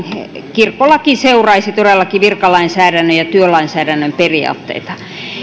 kirkkolaki seuraisi todellakin virkalainsäädännön ja työlainsäädännön periaatteita